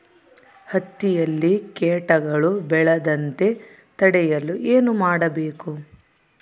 ಹತ್ತಿಯಲ್ಲಿ ಕೇಟಗಳು ಬೇಳದಂತೆ ತಡೆಯಲು ಏನು ಮಾಡಬೇಕು?